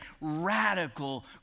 radical